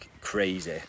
crazy